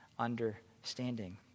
understanding